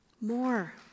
more